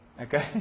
Okay